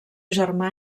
germà